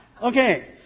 Okay